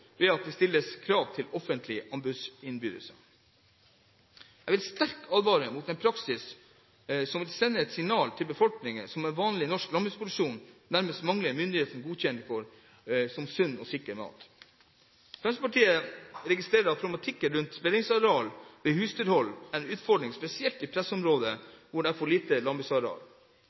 ved at det stilles krav til offentlige anbudsinnbydelser. Jeg vil sterkt advare mot en slik praksis, som vil sende et signal til befolkningen om at vanlig norsk landbruksproduksjon nærmest mangler myndighetenes godkjenning som sunn og sikker mat. Fremskrittspartiet registrerer at problematikken rundt spredningsareal ved husdyrhold er en utfordring, spesielt i pressområder hvor det er for lite